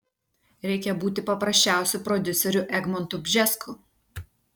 reikia būti paprasčiausiu prodiuseriu egmontu bžesku